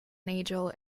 nagel